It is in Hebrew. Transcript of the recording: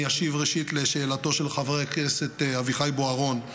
ראשית, אשיב לשאלתו של חבר הכנסת אביחי בוארון.